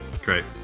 Great